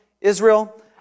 Israel